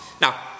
Now